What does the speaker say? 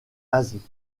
asie